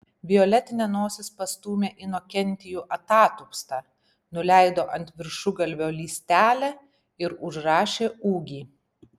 violetinė nosis pastūmė inokentijų atatupstą nuleido ant viršugalvio lystelę ir užrašė ūgį